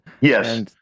Yes